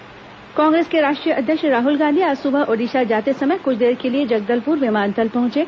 राहल गांधी जगदलपुर कांग्रेस के राष्ट्रीय अध्यक्ष राहल गांधी आज सुबह ओडिशा जाते समय क्छ देर के लिए जगदलपुर विमानतल पर रूके